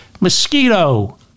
mosquito